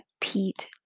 pete